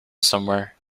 somewhere